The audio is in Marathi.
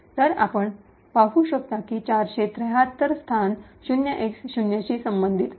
तर आपण पाहू शकता की 473 स्थान या 0X0 शी संबंधित आहे